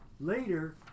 later